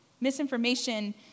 Misinformation